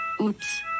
Oops